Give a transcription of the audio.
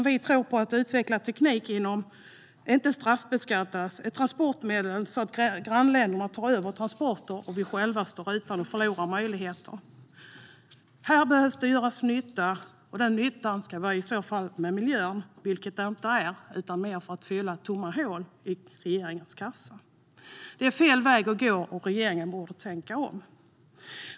Vi tror på att utveckla teknik, inte på att straffbeskatta ett transportmedel så att grannländerna tar över transporterna och vi själva står utan och förlorar möjligheter. Här behöver man göra nytta, och denna nytta ska ske för miljöns skull, vilket inte är fallet nu. Det verkar mer handla om att fylla tomma hål i regeringens kassa. Detta är fel väg att gå, och regeringen borde tänka om.